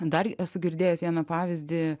dar esu girdėjus vieną pavyzdį